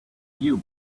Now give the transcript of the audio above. you